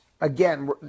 again